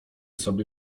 sobie